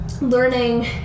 learning